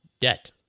debt